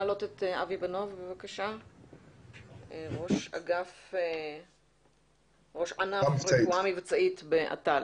אבי בנוב, ראש ענף רפואה מבצעית באט"ל.